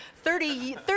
Thirty